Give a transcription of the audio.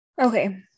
okay